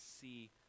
see